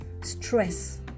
stress